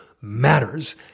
matters